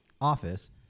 office